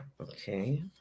Okay